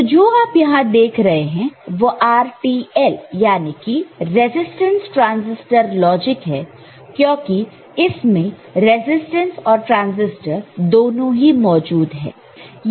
तो जो आप यहां देख रहे हैं वह RTL याने की रेजिस्टेंस ट्रांसिस्टर लॉजिक है क्योंकि इसमें रेजिस्टेंस और ट्रांजिस्टर दोनों ही मौजूद है